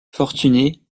fortuné